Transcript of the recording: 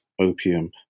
opium